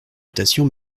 dotation